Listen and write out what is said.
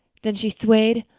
then she swayed,